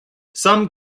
some